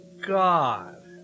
God